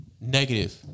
Negative